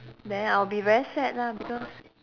then I'll be very sad lah because